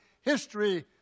history